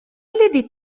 الذي